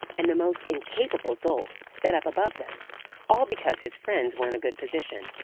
and the most incapable dolt set up above them all because his friends were in a good position,